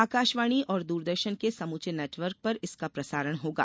आकाशवाणी और दूरदर्शन के समूचे नेटवर्क पर इसका प्रसारण होगा